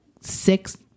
six